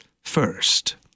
first